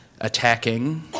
attacking